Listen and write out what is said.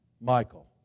Michael